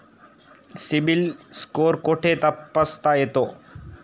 CIBIL score कुठे तपासता येतो?